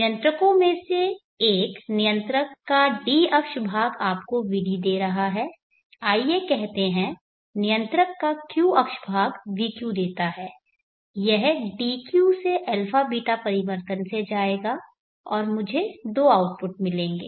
नियंत्रकों में से एक नियंत्रक का d अक्ष भाग आपको vd दे रहा है आइए कहते हैं नियंत्रक का q अक्ष भाग vq देता है यह dq से αβ परिवर्तन से जाएगा और मुझे दो आउटपुट मिलेंगे